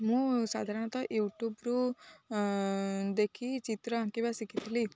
ମୁଁ ସାଧାରଣତଃ ୟୁଟ୍ୟୁବରୁ ଦେଖି ଚିତ୍ର ଆଙ୍କିବା ଶିଖିଥିଲି